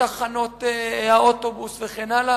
בתחנות האוטובוס וכן הלאה,